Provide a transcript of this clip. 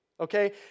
okay